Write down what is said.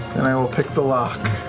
then i will pick the lock.